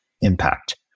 impact